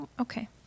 Okay